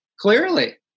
Clearly